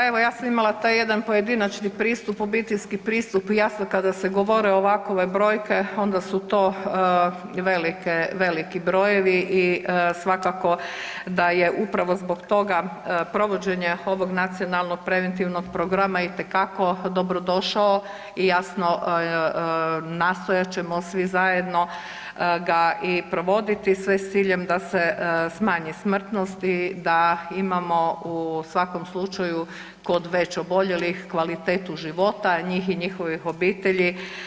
Pa evo ja sam imala taj jedan pojedinačni pristup, obiteljski pristup i jasno kada se govore ovakove brojke onda su to veliki brojevi i svakako da je upravo zbog toga provođenje ovog Nacionalnog preventivnog programa itekako dobro došao i jasno nastojat ćemo svi zajedno ga i provoditi sve s ciljem da se smanji smrtnost i da imamo u svakom slučaju kod već oboljelih kvalitetu života njih i njihovih obitelji.